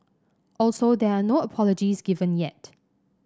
also there are no apologies given yet